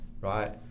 Right